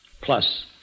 Plus